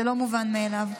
זה לא מובן מאליו.